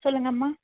சொல்லுங்கம்மா